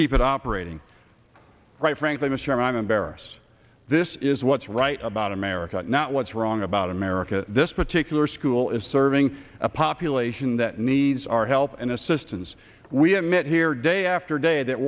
keep it operating right frankly mr i'm embarrassed this is what's right about america not what's wrong about america this particular school is serving a population that needs our help and assistance we have met here day after day that